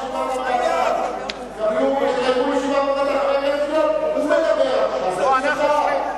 הוא מדבר עכשיו,